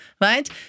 right